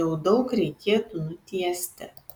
jau daug reikėtų nutiesti